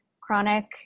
chronic